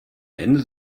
ende